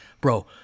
bro